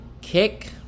kick